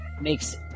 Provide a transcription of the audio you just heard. makes